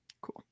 cool